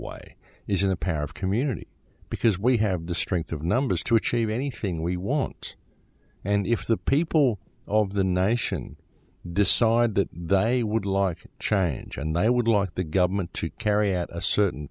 why isn't a pair of community because we have the strength of numbers to achieve anything we want and if the people of the nation decide that they would like to change and i would like the government to carry out a certain